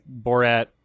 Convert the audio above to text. Borat